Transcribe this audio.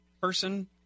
person